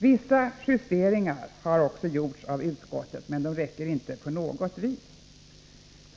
Vissa justeringar har också gjorts av utskottet, men de räcker inte på något vis.